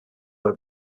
over